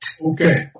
Okay